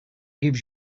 gives